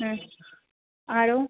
आरो